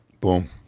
Boom